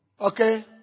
Okay